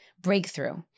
breakthrough